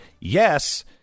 yes